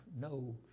no